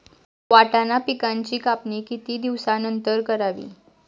वाटाणा पिकांची कापणी किती दिवसानंतर करावी?